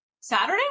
Saturday